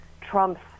Trump's